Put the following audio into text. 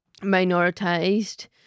minoritized